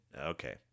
Okay